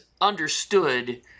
understood